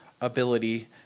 ability